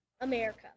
America